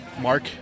Mark